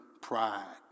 pride